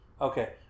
Okay